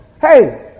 Hey